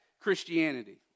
Christianity